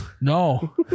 No